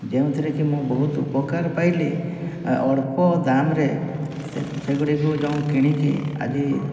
ଯେଉଁଥିରେ କି ମୁଁ ବହୁତ ଉପକାର ପାଇଲି ଅଳ୍ପ ଦାମରେ ସେ ସେଗୁଡ଼ିକୁ ଯେଉଁ କିଣିକି ଆଜି